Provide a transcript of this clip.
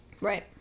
Right